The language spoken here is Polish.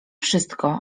wszystko